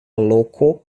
loko